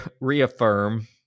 reaffirm